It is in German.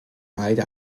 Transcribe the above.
beide